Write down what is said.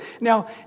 Now